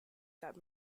that